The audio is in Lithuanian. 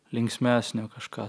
linksmesnio kažką